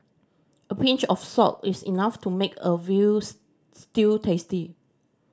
a pinch of salt is enough to make a veal stew tasty